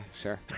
sure